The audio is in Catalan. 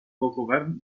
govern